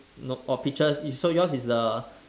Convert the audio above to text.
no orh peaches so yours is the